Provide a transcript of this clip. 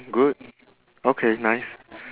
good okay nice